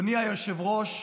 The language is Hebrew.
אדוני היושב-ראש,